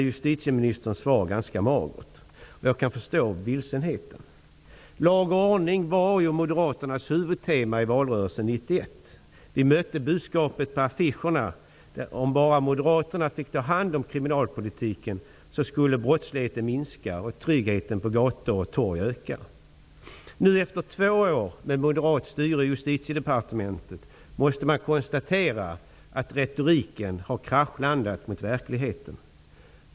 Jag kan förstå vilsenheten. Lag och ordning var moderaternas huvudtema i valrörelsen 1991. Vi mötte budskapet på affischerna. Om bara moderaterna fick ta hand om kriminalpolitiken skulle brottsligheten minska och tryggheten på gator och torg öka. Nu efter två år av moderatstyre i Justitiedepartementet måste man konstatera att retoriken har kraschlandat mot verkligheten.